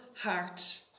heart